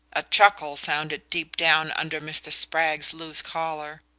a chuckle sounded deep down under mr. spragg's loose collar.